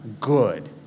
good